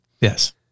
Yes